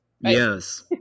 Yes